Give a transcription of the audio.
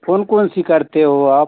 कोन कोन सी करते हो आप